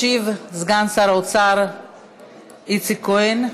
ישיב סגן שר האוצר איציק כהן.